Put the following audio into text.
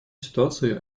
ситуации